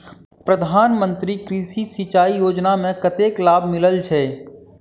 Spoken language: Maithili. प्रधान मंत्री कृषि सिंचाई योजना मे कतेक लाभ मिलय छै?